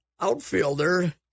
outfielder